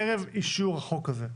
בערב אישור החוק הזה.